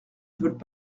veulent